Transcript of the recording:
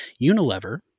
Unilever